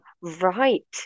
right